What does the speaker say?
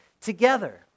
together